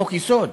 חוק-יסוד,